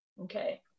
Okay